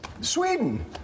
Sweden